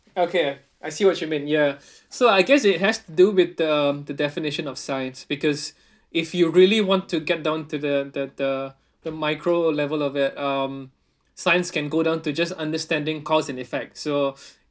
okay I see what you mean ya so I guess it has do with um the definition of science because if you really want to get down to the the the the micro level of it um science can go down to just understanding cause and effect so